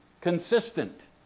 consistent